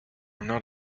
not